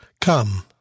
Come